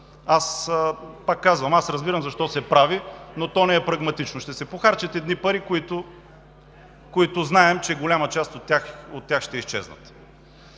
пак казвам, разбирам защо се прави, но то не е прагматично. Ще се похарчат едни пари, които, знаем, че голяма част от тях ще изчезнат.